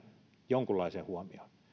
jonkunlaisen huomion